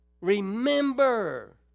Remember